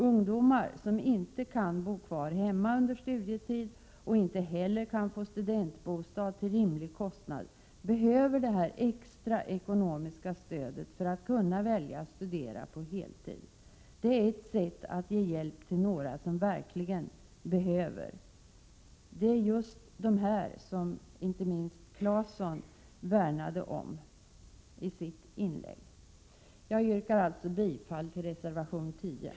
Ungdomar som inte kan bo kvar hemma under studietiden och som inte kan få en studentbostad till rimlig kostnad, behöver detta extra ekonomiska stöd för att kunna studera på heltid. Det är ett sätt att Prot. 1987/88:129 ge hjälp till en grupp som verkligen behöver stöd. Det är just denna grupp 30 maj 1988 som inte minst Tore Claeson värnade om i sitt inlägg. Jag yrkar bifall till reservation 10.